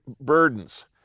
burdens